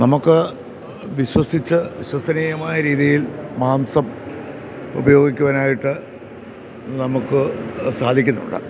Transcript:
നമുക്ക് വിശ്വസിച്ച് വിശ്വസനീയമായ രീതിയിൽ മാംസം ഉപയോഗിക്കുവാനായിട്ട് നമുക്ക് സാധിക്കുന്നുണ്ട്